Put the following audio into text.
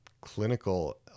clinical